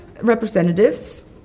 representatives